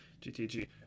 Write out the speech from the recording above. GTG